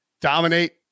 dominate